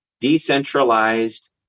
decentralized